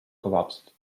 collapsed